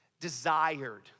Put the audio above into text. desired